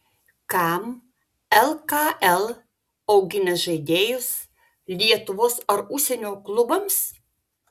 kam lkl augina žaidėjus lietuvos ar užsienio klubams